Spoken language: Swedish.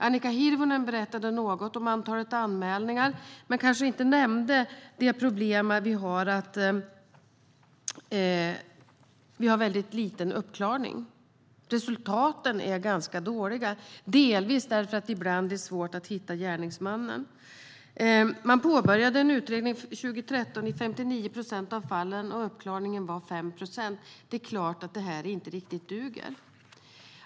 Annika Hirvonen Falk berättade något om antalet anmälningar, men nämnde kanske inte det problem vi har med en väldigt liten uppklaring. Resultaten är ganska dåliga, delvis för att det kan vara svårt att hitta gärningsmannen. År 2013 påbörjade man en utredning i 59 procent av fallen. Uppklaringen var 5 procent. Det är klart att det inte duger.